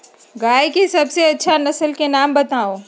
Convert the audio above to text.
गाय के सबसे अच्छा नसल के नाम बताऊ?